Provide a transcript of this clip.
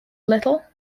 little